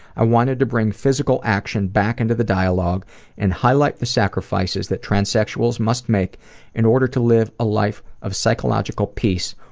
i wanted to bring physical action back into the dialog and highlight the sacrifices that transsexuals must make in order to live a life of psychological peace,